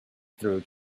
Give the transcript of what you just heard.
through